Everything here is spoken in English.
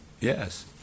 Yes